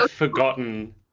forgotten